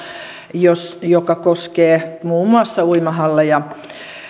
joka koskee muun muassa uimahalleja